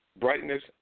brightness